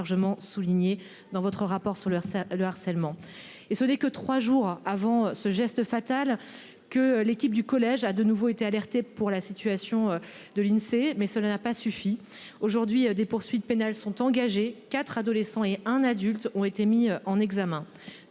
largement souligné dans votre rapport sur le le harcèlement et ce n'est que 3 jours avant ce geste fatal que l'équipe du collège a de nouveau été alertés pour la situation de l'Insee. Mais cela n'a pas suffi. Aujourd'hui des poursuites pénales sont engagées, 4 adolescents et un adulte ont été mis en examen.